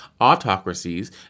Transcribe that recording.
autocracies